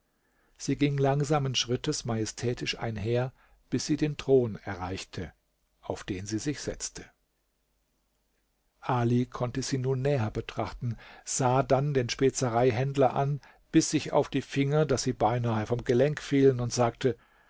sie ging langsamen schrittes majestätisch einher bis sie den thron erreichte auf den sie sich setzte ali konnte sie nun näher betrachten sah dann den spezereihändler an biß sich auf die finger daß sie beinahe vom gelenk fielen und sagte